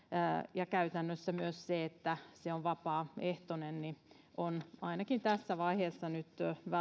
käytännössä myös se että se on vapaaehtoinen on ainakin tässä vaiheessa nyt